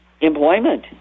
employment